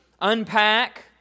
unpack